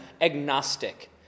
agnostic